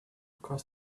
cross